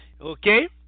okay